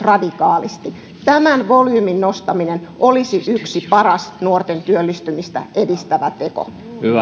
radikaalisti tämän volyymin nostaminen olisi yksi paras nuorten työllistymistä edistävä teko